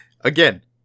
Again